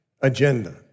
agenda